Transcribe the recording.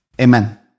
Amen